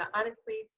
um honestly,